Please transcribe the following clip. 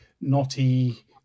knotty